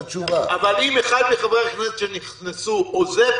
אבל אם אחד מחברי הכנסת שנכנסו עוזב,